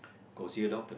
go see a doctor